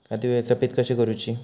खाती व्यवस्थापित कशी करूची?